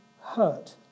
hurt